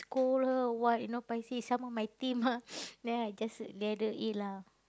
scold her or what you know paiseh some more my team ah then I just let her eat lah